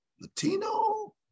Latino